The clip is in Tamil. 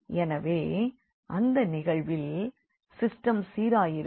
எனவே அந்த நிகழ்வில் சிஸ்டம் சீராயிருக்கும்